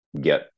get